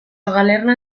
galerna